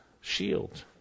shield